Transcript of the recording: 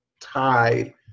tie